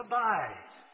Abide